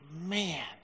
man